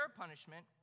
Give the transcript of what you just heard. punishment